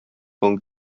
von